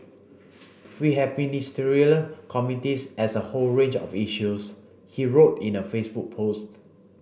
we have Ministerial Committees as a whole range of issues he wrote in a Facebook post